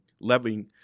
leveling